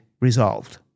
resolved